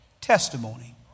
Testimony